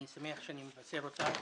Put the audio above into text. אני שמח שאני מבשר אותה.